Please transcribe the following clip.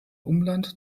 umland